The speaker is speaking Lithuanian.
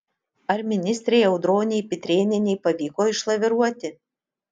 ar ministrei audronei pitrėnienei pavyko išlaviruoti